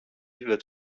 wird